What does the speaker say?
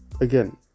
again